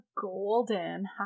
golden